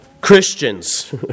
Christians